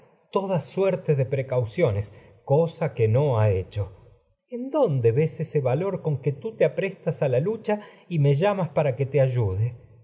toda suerte de precauciones cosa que no ha hecho en dónde ves ese valor y me con que tú te aprestas a la lucha llamas y para que te y ayude